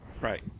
Right